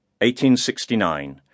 1869